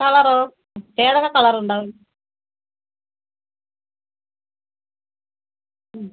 കളറോ ഏതൊക്കെ കളർ ഉണ്ടാവും